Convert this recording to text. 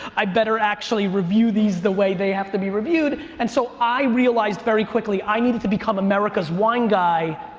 i better actually review these the way they have to be reviewed. and so i realized very quickly i needed to become america's wine guy,